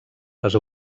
les